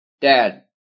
dad